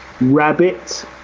rabbit